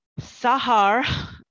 Sahar